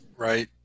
Right